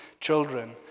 children